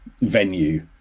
venue